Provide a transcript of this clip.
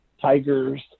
tigers